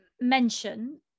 mention